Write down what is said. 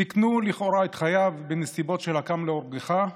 וסיכנו לכאורה את חייו בנסיבות של "הקם להורגך".